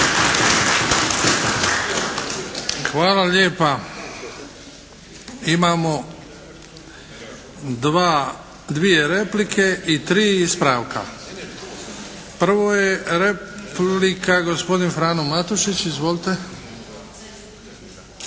Hvala lijepa. Imamo dvije replike i tri ispravka. Prvo je replika, gospodin Frano Matušić. Izvolite.